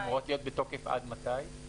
אמורות להיות בתוקף עד מתי?